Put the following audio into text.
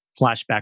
Flashback